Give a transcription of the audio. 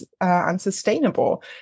unsustainable